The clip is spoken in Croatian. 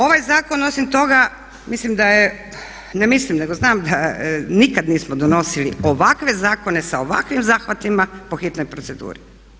Ovaj zakon osim toga mislim da je, ne mislim nego znam, nikada nismo donosili ovakve zakone sa ovakvim zahvatima po hitnoj proceduri.